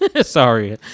Sorry